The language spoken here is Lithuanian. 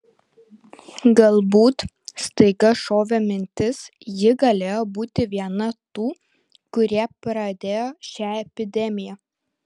galbūt staiga šovė mintis ji galėjo būti viena tų kurie pradėjo šią epidemiją